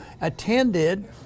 attended